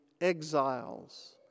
exiles